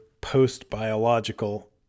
post-biological